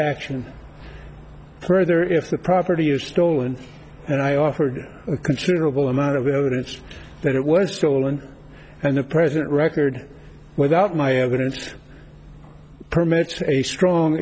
action further if the property is stolen and i offered a considerable amount of evidence that it was stolen and the present record without my evidence permits a strong